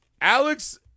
Alex